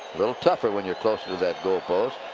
little tougher when you're closer to that goalpost.